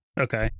Okay